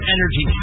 Energy